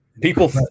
People